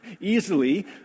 easily